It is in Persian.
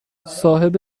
صاحب